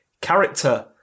character